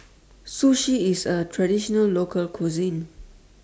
Sushi IS A Traditional Local Cuisine